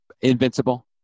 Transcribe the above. invincible